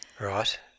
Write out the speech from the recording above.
Right